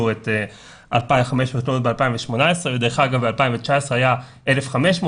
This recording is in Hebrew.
את 2,500 --- ב-2018 ודרך אגב ב-2019 היה 1,500,